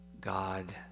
God